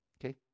Okay